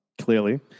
clearly